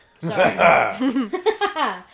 Sorry